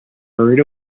hurried